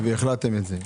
והחלטתם את זה.